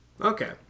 okay